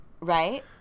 Right